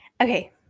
okay